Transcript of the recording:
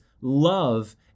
love